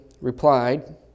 replied